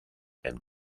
and